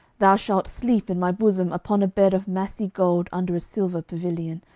thou shalt sleep in my bosom upon a bed of massy gold under a silver pavilion,